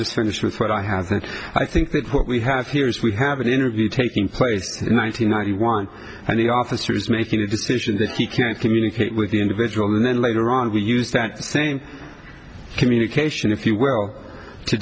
just finish with what i have that i think what we have here is we have an interview taking place one nine hundred ninety one and the officer is making a decision that he can't communicate with the individual and then later on we use that same communication if you well to